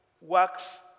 works